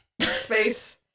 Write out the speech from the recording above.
space